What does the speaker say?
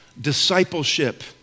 discipleship